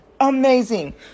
amazing